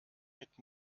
mit